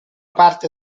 parte